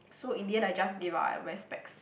so in the end I just give up I wear specs